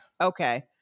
Okay